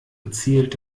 gezielt